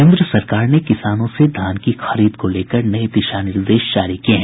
केन्द्र सरकार ने किसानों से धान की खरीद को लेकर नये दिशा निर्देश जारी किये हैं